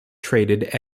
traded